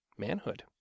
manhood